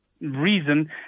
reason